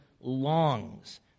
longs